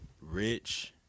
Rich